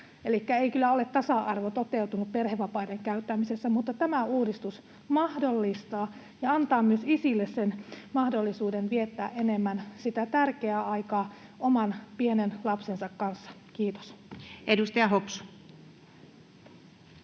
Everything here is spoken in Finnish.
kyllä ole tasa-arvo toteutunut perhevapaiden käyttämisessä, mutta tämä uudistus mahdollistaa ja antaa myös isille mahdollisuuden viettää enemmän sitä tärkeää aikaa oman pienen lapsensa kanssa. — Kiitos. [Speech 244]